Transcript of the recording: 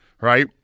right